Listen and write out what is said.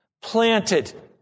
Planted